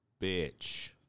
bitch